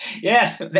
Yes